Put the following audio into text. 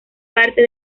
parte